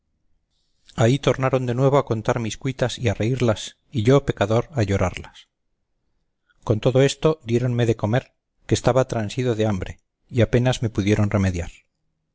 ahí tornaron de nuevo a contar mis cuitas y a reírlas y yo pecador a llorarlas con todo esto diéronme de comer que estaba transido de hambre y apenas me pudieron remediar